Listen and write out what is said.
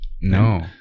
No